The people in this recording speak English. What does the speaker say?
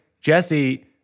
Jesse